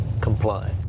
comply